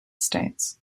states